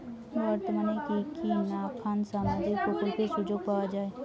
বর্তমানে কি কি নাখান সামাজিক প্রকল্পের সুযোগ পাওয়া যায়?